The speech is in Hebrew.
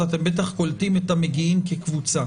אז אתם בטח קולטים את המגיעים כקבוצה.